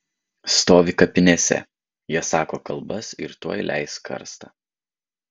stovi kapinėse jie sako kalbas ir tuoj leis karstą